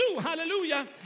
hallelujah